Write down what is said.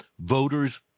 voters